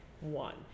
One